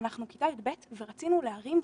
אנחנו כיתה י"ב ורצינו להרים דברים,